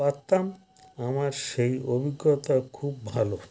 পারতাম আমার সেই অভিজ্ঞতা খুব ভালো